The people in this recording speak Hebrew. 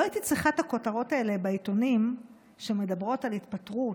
לא הייתי צריכה את הכותרות האלה בעיתונים שמדברות על התפטרות,